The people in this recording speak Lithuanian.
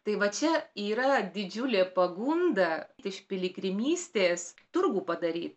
tai va čia yra didžiulė pagunda iš piligrimystės turgų padaryt